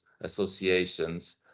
associations